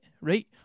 right